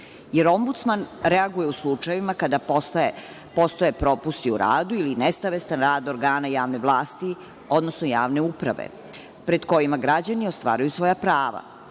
Jer, ombudsman reaguje u slučajevima kada postoje propusti u radu ili nesavestan rad organa javne vlasti, odnosno javne uprave pred kojima građani ostvaruju svoja prava. Ono